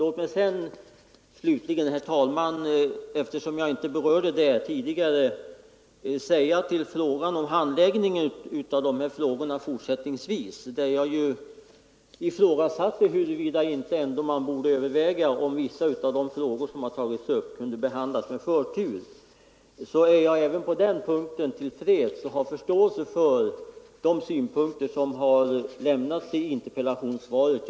Låt mig slutligen, herr talman, eftersom jag inte berörde det tidigare, säga några ord om handläggningen av dessa frågor fortsättningsvis. Jag har ju ifrågasatt om man ändå inte borde överväga att behandla vissa av frågorna med förtur. Jag är även på den punkten till freds med och har förståelse för de synpunkter som har lämnats i interpellationssvaret.